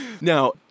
Now